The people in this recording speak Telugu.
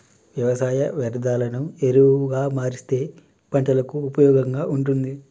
వ్యవసాయ వ్యర్ధాలను ఎరువుగా మారుస్తే పంటలకు ఉపయోగంగా ఉంటుంది